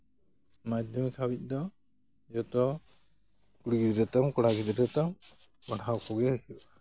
ᱢᱟᱫᱽᱫᱷᱚᱢᱤᱠ ᱦᱟᱹᱵᱤᱡ ᱫᱚ ᱡᱚᱛᱚ ᱠᱩᱲᱤ ᱜᱤᱫᱽᱨᱟᱹ ᱛᱟᱢ ᱠᱚᱲᱟ ᱜᱤᱫᱽᱨᱟᱹ ᱛᱟᱢ ᱯᱟᱲᱦᱟᱣ ᱠᱚᱜᱮ